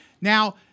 now